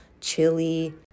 chili